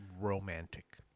romantic